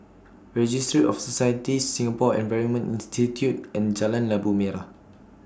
Registry of Societies Singapore Environment Institute and Jalan Labu Merah